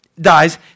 dies